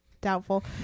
Doubtful